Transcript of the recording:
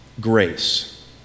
grace